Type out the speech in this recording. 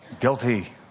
guilty